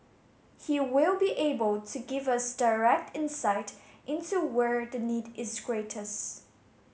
he will be able to give us direct insight into where the need is greatest